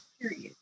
period